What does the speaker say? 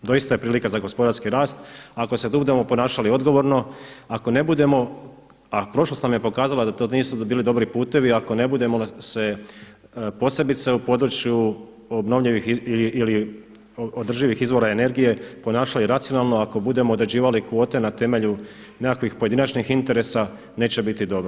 Doista je prilika za gospodarski rast ako se budemo ponašali odgovorno, ako ne budemo, a prošlost nam je pokazala da to nisu bili dobri putovi, ako ne budemo se posebice u području obnovljivih ili održivih izvora energije ponašali racionalno, ako budemo određivali kvote na temelju nekakvih pojedinačnih interesa, neće biti dobro.